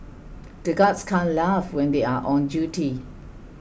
the guards can't laugh when they are on duty